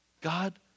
God